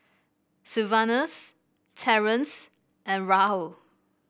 Sylvanus Terrence and Raul